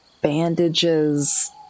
bandages